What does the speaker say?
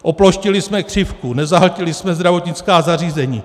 Oploštili jsme křivku, nezahltili jsme zdravotnická zařízení.